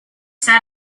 set